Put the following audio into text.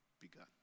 begun